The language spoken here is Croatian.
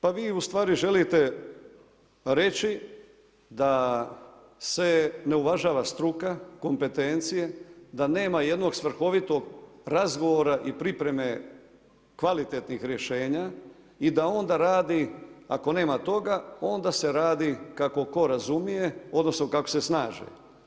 Pa vi ustvari želite reći, da se ne uvažava struka, kompetencije, da nema jednog svrhovitog razgovora i pripreme kvalitetnih rješenja i da onda radi ako nema toga, onda se radi kako tko razumije, odnosno, kako se snađe.